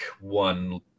one